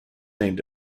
named